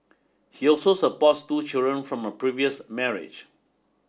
he also supports two children from a previous marriage